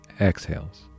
exhales